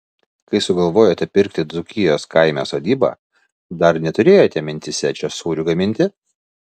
kai sugalvojote pirkti dzūkijos kaime sodybą dar neturėjote mintyse čia sūrių gaminti